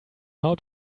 how